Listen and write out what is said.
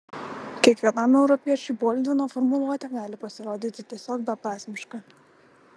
kiekvienam europiečiui boldvino formuluotė gali pasirodyti tiesiog beprasmiška